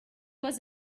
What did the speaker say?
was